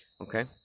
okay